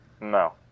No